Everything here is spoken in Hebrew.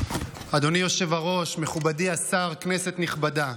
אדוני היושב-ראש, מכובדי השר, כנסת נכבדה,